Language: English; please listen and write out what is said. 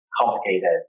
complicated